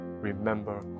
remember